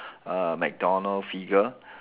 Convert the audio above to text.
uh McDonald figure